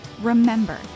Remember